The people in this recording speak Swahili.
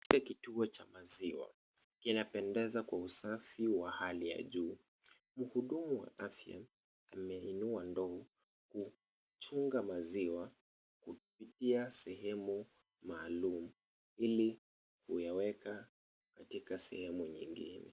Katika kituo cha maziwa kinapendeza kwa usafi wa hali ya juu, mhuduma wa afya ameinua ndoo kuchunga maziwa , kupitia sehemu maalum ili kuyaweka katika sehemu nyingine.